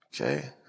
Okay